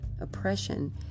oppression